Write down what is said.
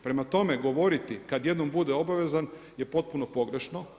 Prema tome, govoriti kad jednom bude obavezan je potpuno pogrešno.